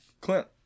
Clint